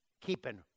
keeping